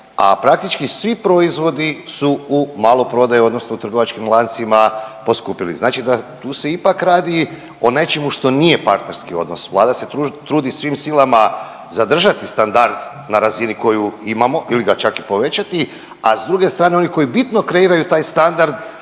a praktički svi proizvodi su u maloprodaji odnosno u trgovačkim lancima poskupili. Znači da tu se ipak radi o nečemu što nije partnerski odnos, Vlada se trudi svim silama zadržati standard na razini koju imamo ili ga čak i povećati, a s druge strane oni koji bitno kreiraju taj standard